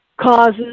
causes